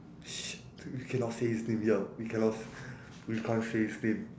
sh~ we cannot say this thing here we cannot we can't say this thing